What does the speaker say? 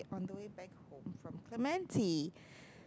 on the way back home from Clementi